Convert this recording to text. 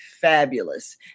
fabulous